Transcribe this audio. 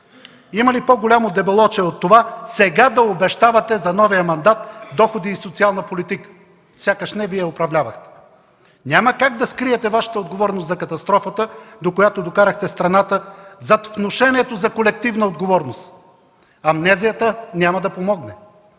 Има ли по-голямо дебелоочие от това сега да обещавате за новия мандат доходи и социална политика, сякаш не Вие управлявате? Няма как да скриете Вашата отговорност за катастрофата, до която докарахте страната, зад внушението за колективна отговорност. Амнезията няма да помогне.